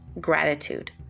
gratitude